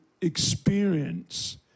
experience